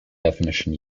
definition